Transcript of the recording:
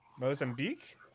Mozambique